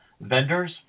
vendors